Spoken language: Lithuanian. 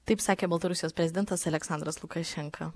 taip sakė baltarusijos prezidentas aleksandras lukašenka